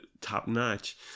top-notch